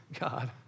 God